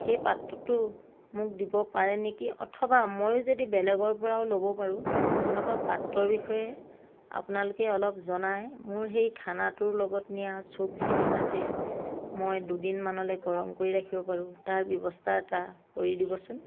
সেই পাত্ৰটো মোক দিব পাৰে নেকি অথবা মই যদি বেলেগৰ পৰাও ল'ব পাৰোঁ তেনেকুৱা পাত্ৰৰ বিষয়ে আপোনালোকে অলপ জনাই মোৰ সেই খানাটোৰ লগত নিয়া চুপখিনিৰ যাতে মই দুদিনমানলৈ গৰম কৰি ৰাখিব পাৰোঁ তাৰ ব্যৱস্থা এটা কৰি দিবচোন